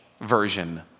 version